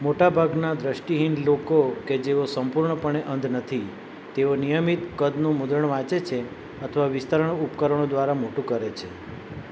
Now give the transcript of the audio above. મોટા ભાગના દૃષ્ટિહીન લોકો કે જેઓ સંપૂર્ણપણે અંધ નથી તેઓ નિયમિત કદનું મુદ્રણ વાંચે છે અથવા વિસ્તરણ ઉપકરણો દ્વારા મોટું કરે છે